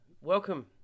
welcome